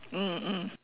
mm mm